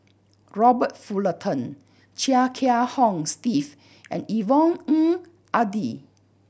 Robert Fullerton Chia Kiah Hong Steve and Yvonne Ng Uhde